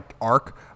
arc